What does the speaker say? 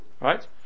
Right